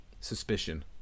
suspicion